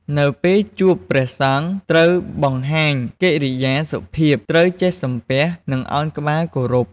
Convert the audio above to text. នៅពេលជួបព្រះសង្ឃត្រូវបង្ហាញកិរិយាសុភាព ត្រូវចេះសំពះ និងឱនក្បាលគោរព។